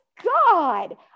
God